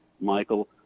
Michael